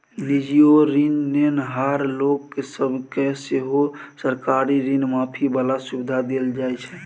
निजीयो ऋण नेनहार लोक सब केँ सेहो सरकारी ऋण माफी बला सुविधा देल जाइ छै